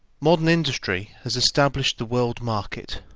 modern industry has established the world-market,